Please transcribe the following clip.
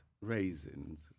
raisins